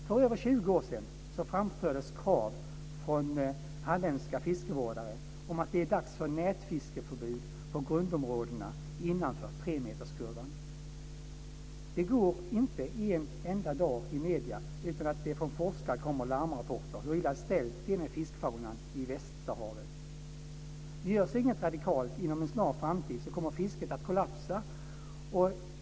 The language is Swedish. För över 20 år sedan framfördes krav från halländska fiskevårdare om att det är dags för nätfiskeförbud på grundområdena innanför tremeterskurvan. Det går inte en enda dag utan att det från forskare i medierna kommer larmrapporter om hur illa ställt det är med fiskfaunan i västerhavet. Görs inget radikalt inom en snar framtid så kommer fisket att kollapsa.